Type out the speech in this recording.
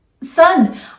son